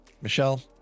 Michelle